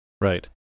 Right